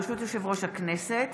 ברשות יושב-ראש הכנסת,